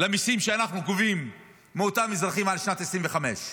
למיסים שאנחנו גובים מאותם האזרחים על שנת 2025,